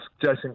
Jason